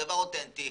דבר אותנטי.